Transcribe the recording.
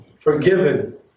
Forgiven